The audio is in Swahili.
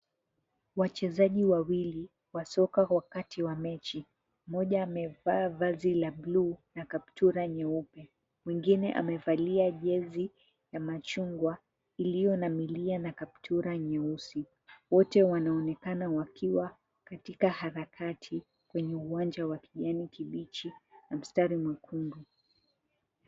Wachezaji wawili wa soka wakati wa mechi. Mmoja amevaa vazi la bluu na kaptura nyeupe, mwingine amevalia jezi ya machungwa iliyo na milia na kaptura nyeusi. Wote wanaonekana wakiwa katika harakati kwenye uwanja wa kijani kibichi, na mstari mwekundu.